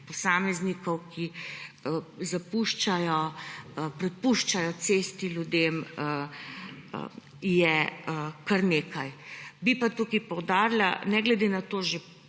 posameznikov, ki zapuščajo, prepuščajo cesti, ljudem, je kar nekaj. Bi pa tu poudarila, da ne glede na to že